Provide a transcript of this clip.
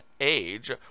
age